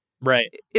right